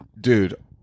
Dude